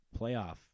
playoff